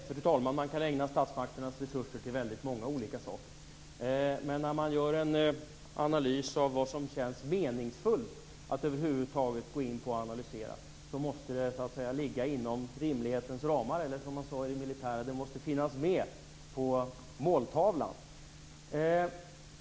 Fru talman! Man kan ägna statsmakternas resurser till väldigt många olika saker. Men när man gör en analys av vad som känns meningsfullt att över huvud taget analysera, måste det ligga inom rimlighetens ramar eller som man sade i det militära: Det måste finnas med på måltavlan.